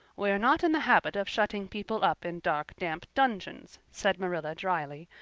we're not in the habit of shutting people up in dark damp dungeons, said marilla drily,